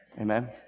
Amen